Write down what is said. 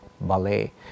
ballet